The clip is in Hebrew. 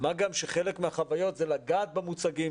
מה גם שחלק מהחוויות זה לגעת במוצגים,